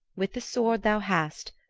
with the sword thou hast,